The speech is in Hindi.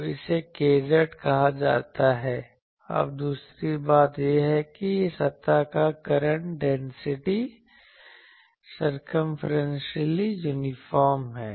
तो इसे kz कहा जाता है अब दूसरी बात यह है कि सतह का current density kz circumferentially uniform है